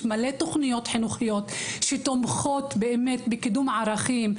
יש מלא תוכניות חינוכיות שתומכות בקידום הערכים,